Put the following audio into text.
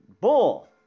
Bull